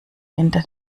hinter